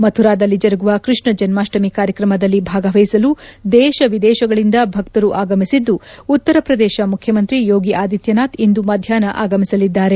ಮಥುರಾದಲ್ಲ ಜರುಗುವ ಕೃಷ್ಣ ಜನ್ನಾಹ್ವಮಿ ಕಾರ್ಯಕ್ರಮದಲ್ಲಿ ಭಾಗವಹಿಸಲು ದೇಶ ವಿದೇಶಗಳಿಂದ ಭಕ್ತರು ಆಗಮಿಸಿದ್ದು ಉತ್ತರಪ್ರದೇಶ ಮುಖ್ಯಮಂತ್ರಿ ಯೋಗಿ ಆದಿತ್ಲನಾಥ್ ಇಂದು ಮಧ್ಯಾಷ್ನ ಆಗಮಿಸಲಿದ್ದಾರೆ